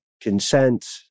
consent